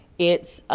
it's